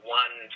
one